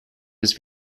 his